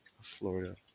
Florida